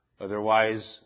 Otherwise